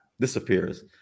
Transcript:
disappears